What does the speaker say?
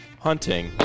hunting